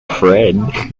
fred